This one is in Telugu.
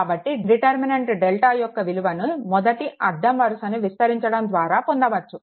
కాబట్టి డిటర్మినెంట్ డెల్టా యొక్క విలువను మొదటి అడ్డం వరుసను విస్తరించడం ద్వారా పొందవచ్చు